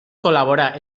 col·laborà